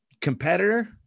Competitor